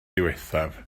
ddiwethaf